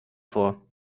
vor